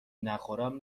نخورم